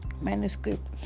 manuscript